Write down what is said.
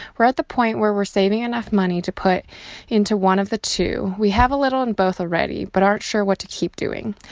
we're at the point where we're saving enough money to put into one of the two. we have a lot in both already but aren't sure what to keep doing.